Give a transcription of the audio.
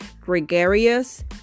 gregarious